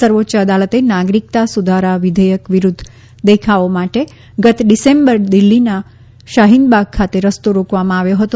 સર્વોચ્ય અદાલતે નાગરિકતા સુધારા વિધેયક વિરૂધ્ધ દેખાવો માટે ગત ડિસેમ્બરમાં દિલ્ફીના શાહીનબાગ ખાતે રસ્તો રોકવામાં આવ્યો હતો